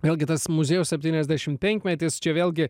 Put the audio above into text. vėlgi tas muziejaus septyniasdešim penkmetis čia vėlgi